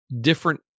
different